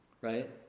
right